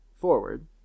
forward